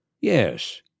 Yes